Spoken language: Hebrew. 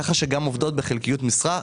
ככה שגם עובדות בחלקיות משרה,